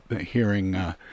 hearing—